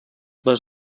les